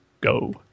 go